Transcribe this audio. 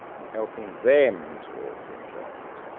and helping them towards enjoyment.